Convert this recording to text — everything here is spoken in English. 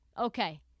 Okay